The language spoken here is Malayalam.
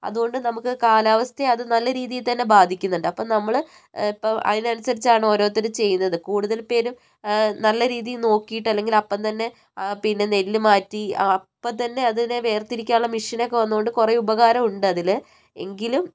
അതുകൊണ്ട് നമുക്ക് കാലാവസ്ഥയെ അത് നല്ല രീതിയിൽ തന്നെ ബാധിക്കുന്നുണ്ട് അപ്പം നമ്മൾ ഇപ്പം ആയിനനുസരിച്ചാണോ ഓരോരുത്തർ ചെയ്തത് കൂടുതൽ പേരും നല്ല രീതിയിൽ നോക്കിയിട്ടല്ലെങ്കിൽ അപ്പം തന്നെ പിന്നെ നെല്ല് മാറ്റി അപ്പം തന്നെ അതിനെ വേർതിരിക്കാനുള്ള മെഷിനൊക്കെ വന്നോണ്ട് കുറെ ഉപകാരം ഉണ്ടതിൽ എങ്കിലും